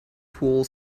pool